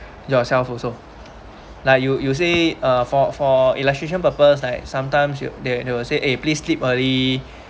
yourself also like you you say uh for for illustration purpose like sometimes you they they will say ya please sleep early